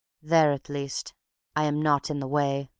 there at least i am not in the way.